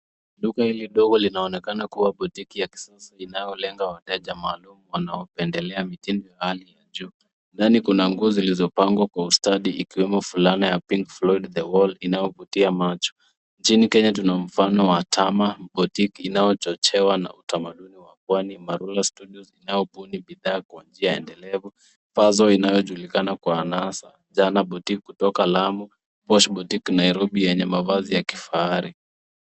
Duka hili ndogo linaonekana kuwa botiki ya kisasa inayolenga wateja maalum wanaopendelea mitindo ya hali ya juu. Ndani kuna nguo zilizopangwa kwa ustadi ikiwemo fulana ya pink floid the wall inayovutia macho. Nchini kenya tuna mfano wa tama botique inayochochewa na utamaduni wa pwani, amarula studios zinazobuni bidhaa kwa njia endelevu , pazo inayojulikana kwa anasa, jana boutique kutoka lamu, posh boutique nairobi yenye mavazi ya kifahari.